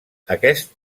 aquest